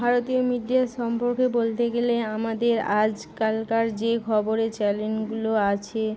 ভারতীয় মিডিয়া সম্পর্কে বলতে গেলে আমাদের আজকালকার যে খবরে চ্যানেলগুলো আছে